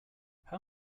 how